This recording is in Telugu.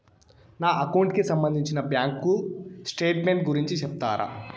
నా అకౌంట్ కి సంబంధించి బ్యాంకు స్టేట్మెంట్ గురించి సెప్తారా